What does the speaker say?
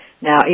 now